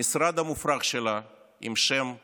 המשרד המופרך שלה, עם שם משונה,